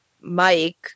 Mike